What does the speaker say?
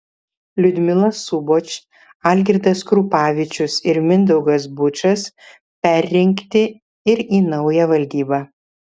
liudmila suboč algirdas krupavičius ir mindaugas bučas perrinkti ir į naują valdybą